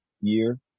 year